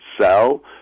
sell